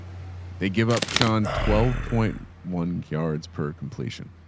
they give up shawn twelve point one yards per completion.